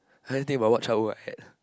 anything about what childhood I had